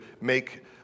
make